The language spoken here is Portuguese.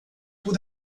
por